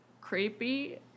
creepy